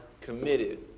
committed